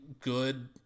good